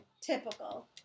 Typical